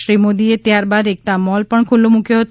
શ્રી મોદી એ ત્યાર બાદ એકતા મોલ પણ ખુલ્લો મૂક્યો હતો